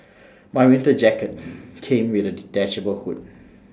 my winter jacket came with A detachable hood